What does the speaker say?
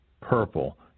purple